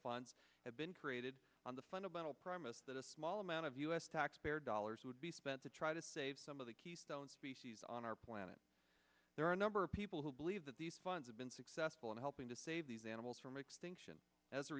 funds have been created on the fundamental promise that a small amount of u s taxpayer dollars would be spent to try to save some of the keystone species on our planet there are a number of people who believe that these funds have been successful in helping to save these animals from extinction as a